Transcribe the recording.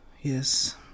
Yes